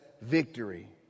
victory